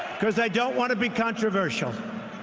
because i don't want to be controversial.